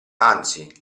anzi